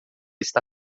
está